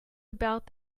about